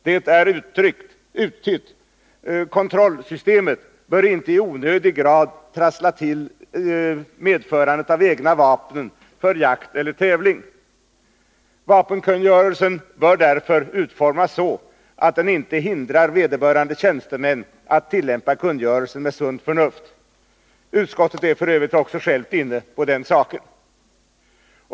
Det är uttytt: Kontrollsystemet bör inte i onödig grad trassla till medförandet av egna vapen för jakt eller tävling. Vapenkungörelsen bör därför utformas så att den inte hindrar vederbörande tjänstemän att tillämpa kungörelsen med sunt förnuft; utskottet är f. ö. också självt inne på den saken.